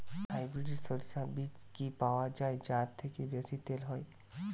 Hybrid শরিষা বীজ কি পাওয়া য়ায় যা থেকে বেশি তেল হয়?